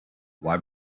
why